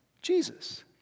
Jesus